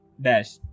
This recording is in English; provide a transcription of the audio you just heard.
dash